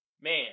Man